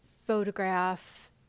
photograph